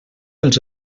els